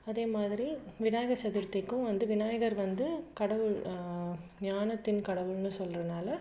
அதேமாதிரி விநாயகர் சதுர்த்திக்கும் வந்து விநாயகர் வந்து கடவுள் ஞானத்தின் கடவுள்ன்னு சொல்லுறனால